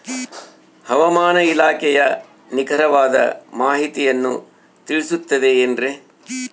ಹವಮಾನ ಇಲಾಖೆಯ ನಿಖರವಾದ ಮಾಹಿತಿಯನ್ನ ತಿಳಿಸುತ್ತದೆ ಎನ್ರಿ?